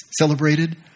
celebrated